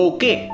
Okay